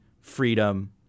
freedom